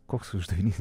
koks uždavinys